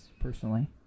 personally